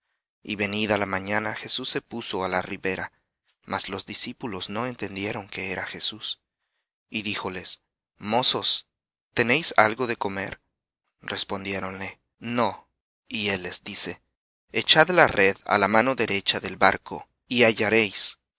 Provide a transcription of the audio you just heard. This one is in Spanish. nada y venida la mañana jesús se puso á la ribera mas los discípulos no entendieron que era jesús y díjoles mozos tenéis algo de comer respondiéronle no y él les dice echad la red á la mano derecha del barco y hallaréis